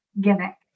gimmick